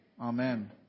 Amen